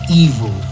evil